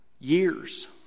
Years